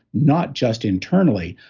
not just internally,